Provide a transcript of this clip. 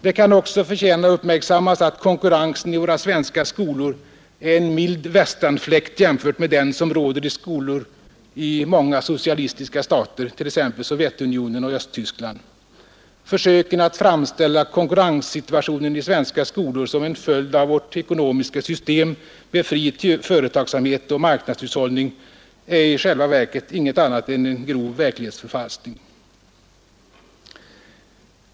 Det kan också förtjäna uppmärksammas att konkurrensen i vära svenska skolor är en mild västanfläkt jämfört med den som rader i skolorna i många socialistiska stater, t.ex. Sovjetunionen och ÖOsttyskland. Försöken att tramställa konkurrenssituationen i svenska skolor som en följd av vårt ekonomiska system med fri företagsamhet och marknadshushallning är i själva verket inget annat än en grov verklighetsförfalskning.